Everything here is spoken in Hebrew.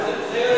טוב, זה,